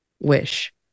wish